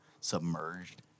submerged